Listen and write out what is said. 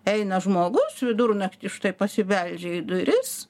eina žmogus vidurnaktį štai pasibeldžia į duris